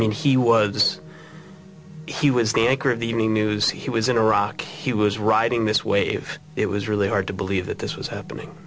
mean he was he was the anchor of the evening news he was in iraq he was riding this wave it was really hard to believe that this was happening